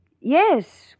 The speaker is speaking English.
Yes